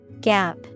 Gap